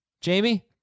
Jamie